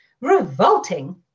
revolting